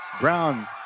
Brown